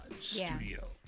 studio